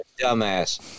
Dumbass